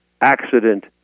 accident